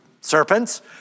serpents